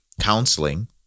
counseling